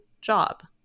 job